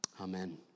Amen